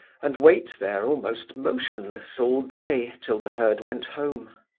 and wait there almost motionless all day, till the herd went home.